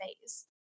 phase